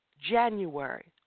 January